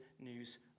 news